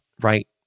right